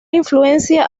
influencia